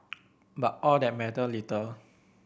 but all that mattered little